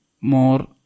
more